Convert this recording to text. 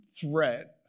threat